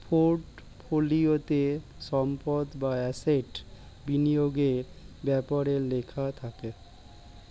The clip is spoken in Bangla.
পোর্টফোলিওতে সম্পদ বা অ্যাসেট বিনিয়োগের ব্যাপারে লেখা থাকে